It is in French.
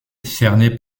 cerné